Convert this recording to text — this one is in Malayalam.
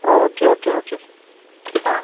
ഓക്കെ ഓക്കെ ഓക്കെ ആ